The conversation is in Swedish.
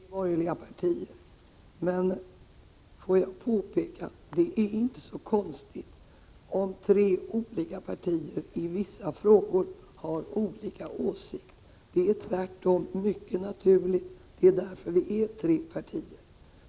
Herr talman! Egon Jacobsson använde halva sin tid till att tala om oenighet mellan tre borgerliga partier. Jag vill påpeka att det inte är så konstigt om tre olika partier i vissa frågor har olika åsikter. Det är tvärtom mycket naturligt — det är därför vi är tre partier.